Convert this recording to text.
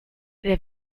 der